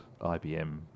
ibm